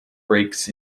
breaks